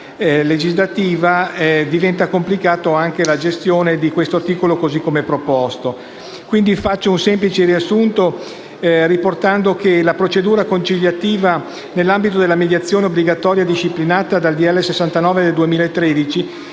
legislativa e diventa complicata anche la gestione di questo articolo così come proposto. Faccio quindi un semplice riassunto. La procedura conciliativa, nell'ambito della mediazione obbligatoria disciplinata dal decreto-legge